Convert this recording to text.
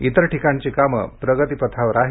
इतर ठिकाणची कामं प्रगतिपथावर आहेत